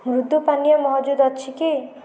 ମୃଦୁ ପାନୀୟ ମହଜୁଦ ଅଛି କି